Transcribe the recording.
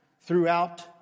throughout